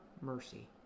mercy